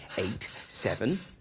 eight, seven.